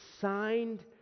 signed